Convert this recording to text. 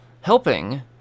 helping